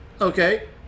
Okay